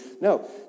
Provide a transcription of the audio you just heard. no